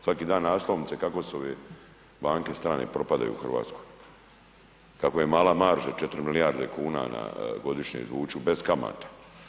Svaki dan naslovnice kako su ove banke strane propadaju u Hrvatskoj kako im je mala marža 4 milijarde kuna na godišnje izvuću bez kamata.